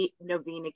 novena